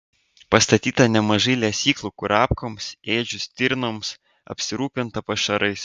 pastatyta nemažai lesyklų kurapkoms ėdžių stirnoms apsirūpinta pašarais